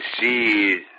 see